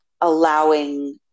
allowing